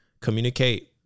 communicate